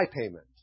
payment